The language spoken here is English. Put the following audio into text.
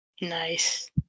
nice